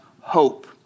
hope